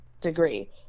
degree